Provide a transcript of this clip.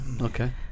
okay